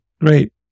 great